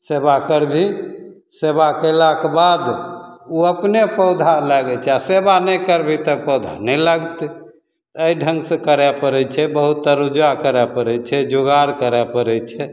सेवा करबही सेवा केलाके बाद ओ अपने पौधा लागै छै आ सेवा नहि करबही तऽ पौधा नहि लागतै तऽ एहि ढङ्ग से करै पड़ै छै बहुत तरुजै करै पड़ै छै जुगाड़ करै पड़ै छै